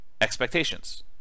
expectations